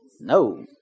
No